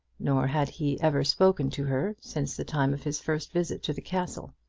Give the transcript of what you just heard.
nor had he ever spoken to her since the time of his first visit to the castle.